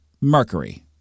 Mercury